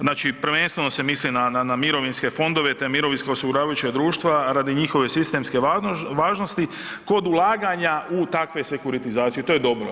Znači prvenstveno se misli na mirovinske fondove te mirovinska osiguravajuća društva radi njihove sistemske važnosti, kod ulaganja u takve sekuritizacije, to je dobro.